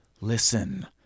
listen